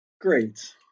Great